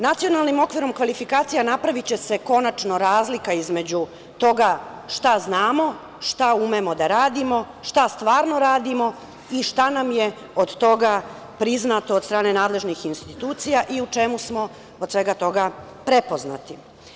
Nacionalnim okvirom kvalifikacija napraviće se konačno razlika između toga šta znamo, šta umemo da radimo, šta stvarno radimo i šta nam je od toga priznato od strane nadležnih institucija i u čemu smo od svega toga prepoznati.